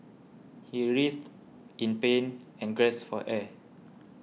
he writhed in pain and gasped for air